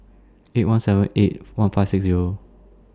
eight one seven eight one five six Zero